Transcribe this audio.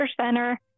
Center